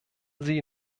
sie